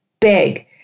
big